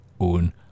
own